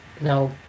now